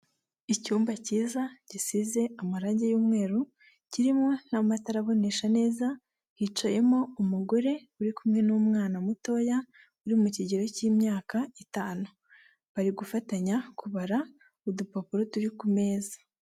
Icyumba cyiza gisize amarange y'umweru kirimo n'amatara abonesha neza hicayemo umugore uri kumwe n'umwana mutoya uri mu kigero cy'imyaka itanu, bari gufatanya kubara udupapuro turi ku meza.